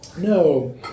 No